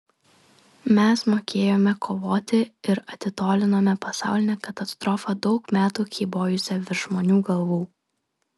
mes mokėjome kovoti ir atitolinome pasaulinę katastrofą daug metų kybojusią virš žmonių galvų